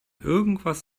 irgendwas